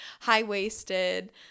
high-waisted